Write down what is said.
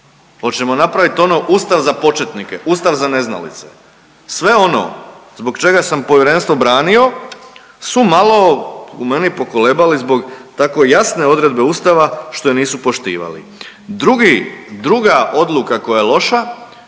Hoćemo napravit ono Ustav za početnike, Ustav za neznalice? Sve ono zbog čega sam Povjerenstvo branio su malo u meni pokolebali zbog tako jasne odredbe Ustava što je nisu poštivali. Drugi, druga odluka koja je loša